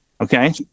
Okay